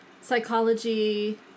psychology